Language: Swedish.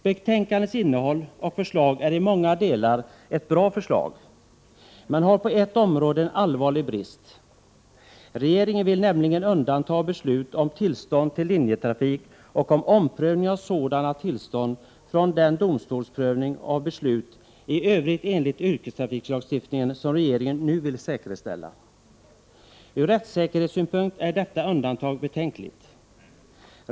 Betänkandets innehåll och förslag är i många delar bra, men har på ett område en allvarlig brist. Regeringen vill nämligen undanta beslut om tillstånd till linjetrafik och om omprövning av sådana tillstånd från den domstolsprövning av beslut i övrigt enligt yrkestrafiklagstiftningen som regeringen nu vill säkerställa. Ur rättssäkerhetssynpunkt är detta undantag betänkligt.